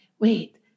wait